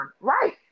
Right